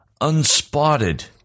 unspotted